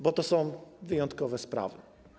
Bo to są wyjątkowe sprawy.